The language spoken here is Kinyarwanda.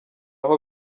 ayo